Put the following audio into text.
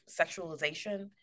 sexualization